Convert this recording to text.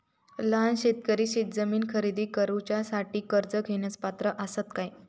लहान शेतकरी शेतजमीन खरेदी करुच्यासाठी कर्ज घेण्यास पात्र असात काय?